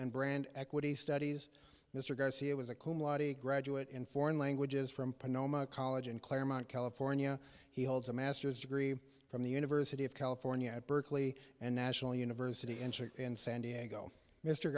and brand equity studies mr garcia was a komati graduate in foreign languages from phnom a college in claremont california he holds a master's degree from the university of california at berkeley and national university entered in san diego mr